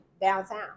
downtown